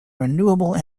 renewable